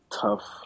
tough